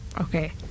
Okay